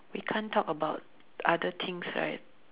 we can't talk about other things right